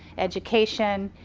education,